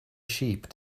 sheep